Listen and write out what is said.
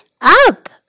up